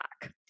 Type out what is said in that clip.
back